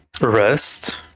rest